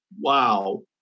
wow